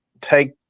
take